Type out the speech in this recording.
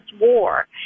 war